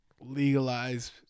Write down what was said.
legalize